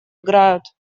играют